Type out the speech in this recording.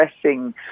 addressing